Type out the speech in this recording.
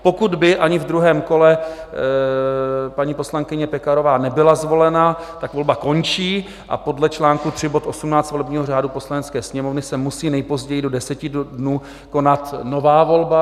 Pokud by ani v druhém kole paní poslankyně Pekarová nebyla zvolena, volby končí a podle čl. 3 bod 18 volebního řádu Poslanecké sněmovny se musí nejpozději do deseti dnů konat nová volba.